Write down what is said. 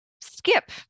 skip